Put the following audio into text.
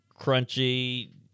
crunchy